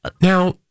Now